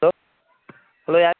hello hello யார்